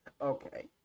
Okay